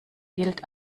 gilt